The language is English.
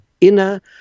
inner